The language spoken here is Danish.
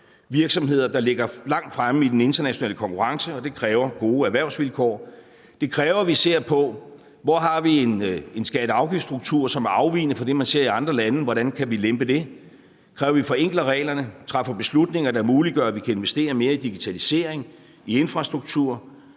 virksomheder, der ligger langt fremme i den internationale konkurrence, og det kræver gode erhvervsvilkår. Det kræver, at vi ser på, hvor vi har en skatte- og afgiftsstruktur, som er afvigende fra det, man ser i andre lande, og hvordan vi kan lempe på den. Det kræver, at vi forenkler reglerne og træffer beslutninger, der muliggør, at vi kan investere mere i digitalisering, i infrastruktur.